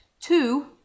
Two